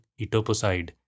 etoposide